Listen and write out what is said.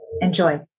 Enjoy